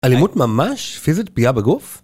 אלימות ממש, פיזית, פגיעה בגוף?